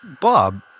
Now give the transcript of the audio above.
Bob